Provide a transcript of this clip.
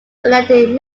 elected